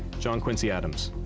john quincy adams.